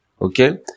Okay